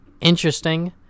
interesting